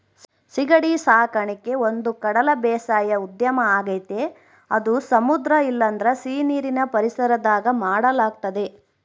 ಸೀಗಡಿ ಸಾಕಣಿಕೆ ಒಂದುಕಡಲ ಬೇಸಾಯ ಉದ್ಯಮ ಆಗೆತೆ ಅದು ಸಮುದ್ರ ಇಲ್ಲಂದ್ರ ಸೀನೀರಿನ್ ಪರಿಸರದಾಗ ಮಾಡಲಾಗ್ತತೆ